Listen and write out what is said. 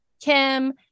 Kim